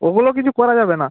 ওগুলো কিছু করা যাবে না